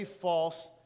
false